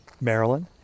Maryland